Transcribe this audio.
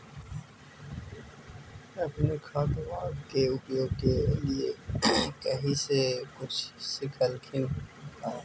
अपने खादबा के उपयोग के लीये कही से कुछ सिखलखिन हाँ?